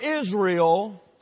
Israel